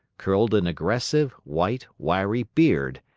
curled an aggressive, white, wiry beard,